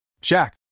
Jack